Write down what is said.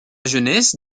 jeunesse